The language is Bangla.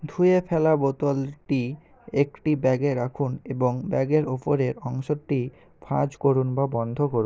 ধুয়ে ফেলা বোতলটি একটি ব্যাগে রাখুন এবং ব্যাগের উপরের অংশটি ভাঁজ করুন বা বন্ধ করুন